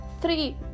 three